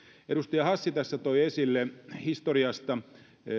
edustaja hassi tässä toi esille historiasta